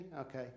Okay